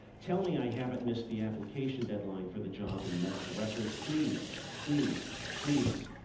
tell me i haven't missed the application deadline for the job in medical records. please, please, please,